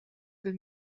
del